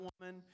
woman